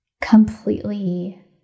completely